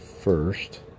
first